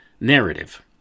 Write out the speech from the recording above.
narrative